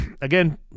again